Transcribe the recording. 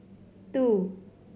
two